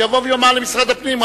שיבוא ויאמר למשרד הפנים.